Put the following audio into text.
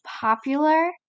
popular